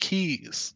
Keys